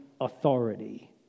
authority